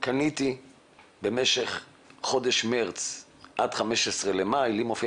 קניתי במשך חודש מארס עד 15 במאי לי מופיע